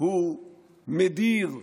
הוא מדיר,